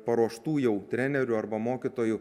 paruoštų jau trenerių arba mokytojų